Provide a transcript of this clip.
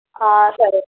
సరే